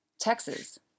Texas